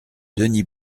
denis